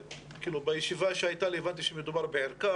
בישיבה שהייתה הבנתי שמדובר בערכה